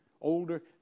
older